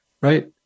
Right